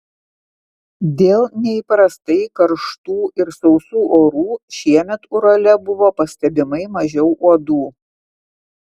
dėl neįprastai karštų ir sausų orų šiemet urale buvo pastebimai mažiau uodų